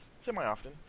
semi-often